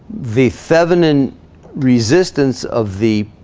the thevenin resistance of the